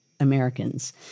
Americans